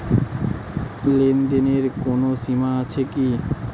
লেনদেনের কোনো সীমা আছে কি?